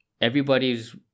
everybody's